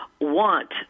want